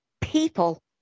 people